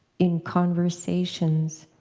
in conversations,